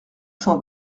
cent